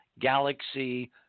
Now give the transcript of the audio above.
galaxy